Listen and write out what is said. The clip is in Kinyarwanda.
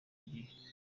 gihe